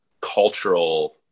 cultural